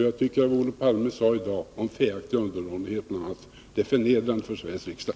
Jag tycker att vad Olof Palme sade om fäaktig underdånighet och annat är förnedrande för Sveriges riksdag.